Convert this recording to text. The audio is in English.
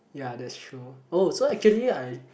ya that's true oh so actually I